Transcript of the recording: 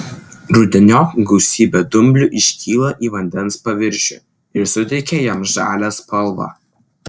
rudeniop gausybė dumblių iškyla į vandens paviršių ir suteikia jam žalią spalvą